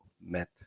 met